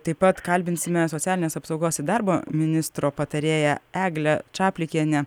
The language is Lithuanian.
taip pat kalbinsime socialinės apsaugos ir darbo ministro patarėją eglę čaplikienę